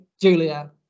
Julia